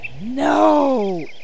No